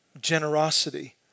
generosity